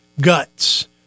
guts